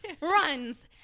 Runs